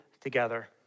together